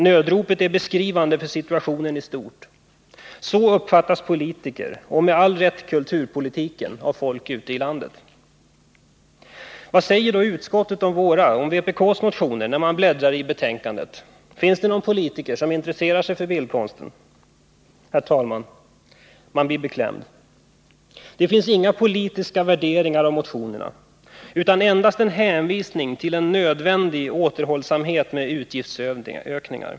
Nödropet är beskrivande för situationen i stort. Så uppfattas politiker och med all rätt kulturpolitiken av folk ute i landet. Vad säger då utskottet om vpk:s motioner i betänkandet? Finns det någon politiker som intresserar sig för bildkonsten? Herr talman! Man blir beklämd — det finns inga politiska värderingar av motionerna utan endast en hänvisning till en nödvändig återhållsamhet med utgiftsökningar.